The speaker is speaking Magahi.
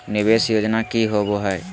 निवेस योजना की होवे है?